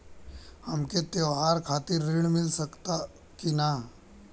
हमके त्योहार खातिर त्रण मिल सकला कि ना?